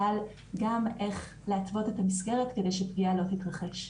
אבל גם איך להתוות את המסגרת כדי שפגיעה לא תתרחש.